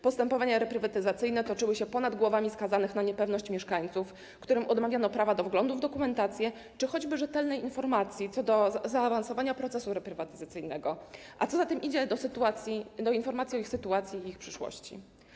Postępowania reprywatyzacyjne toczyły się ponad głowami skazanych na niepewność mieszkańców, którym odmawiano prawa do wglądu w dokumentacje czy choćby rzetelnej informacji co do zaawansowania procesu reprywatyzacyjnego, a co za tym idzie - do informacji o ich sytuacji i ich przyszłości.